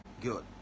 good